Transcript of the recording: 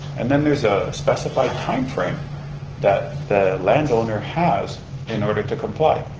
and then there's a specified time frame that the landowner has in order to comply.